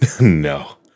No